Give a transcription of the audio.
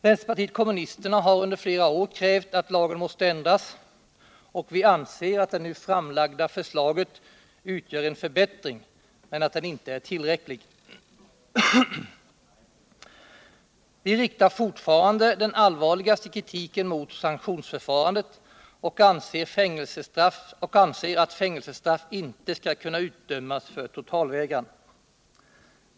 Vänsterpartiet kommunisterna har under flera år krävt att lagen måste ändras, och vi anser att det nu framlagda förslaget utgör en förbättring men att denna inte är tillräcklig. Vi riktar fortfarande den allvarligaste kritiken mot sanktionsförfarandet och anser att fängelsestraff inte skall kunna utdömas för totalvägran.